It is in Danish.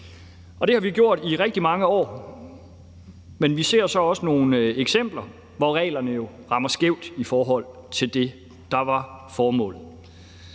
det har vi gjort i rigtig mange år. Men vi ser så også nogle eksempler, hvor reglerne rammer skævt i forhold til det, der var formålet.